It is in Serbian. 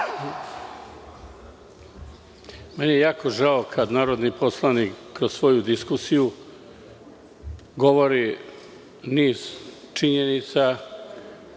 Meni je jako žao kad narodi poslanik kroz svoju diskusiju govori niz činjenica